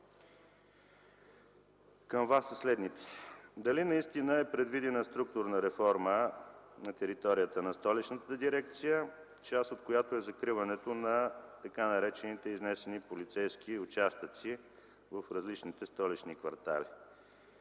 към Вас са следните: дали наистина е предвидена структурна реформа на територията на столичната дирекция, част от която е закриването на така наречените изнесени полицейски участъци в различните столични квартали?